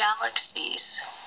galaxies